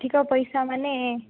ଅଧିକ ପଇସା ମାନେ